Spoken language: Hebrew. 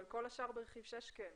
אבל כל השאר ברכיב (6), כן.